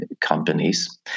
companies